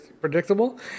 predictable